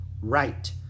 right